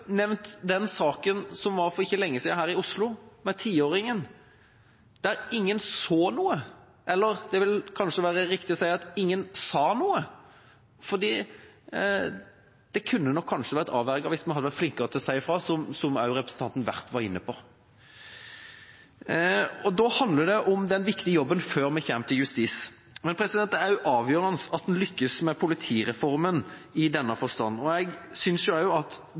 nevnt den saken som var her i Oslo for ikke lenge siden – saken med tiåringen der ingen så noe, eller det vil kanskje være riktig å si at ingen sa noe, for det kunne nok kanskje ha vært avverget hvis man hadde vært flinkere til å si fra, som også representanten Werp var inne på. Da handler det om den viktige jobben som skal gjøres før vi kommer til justisfeltet. Det er avgjørende at man lykkes med politireformen, og jeg synes i den forstand også at det vil bety at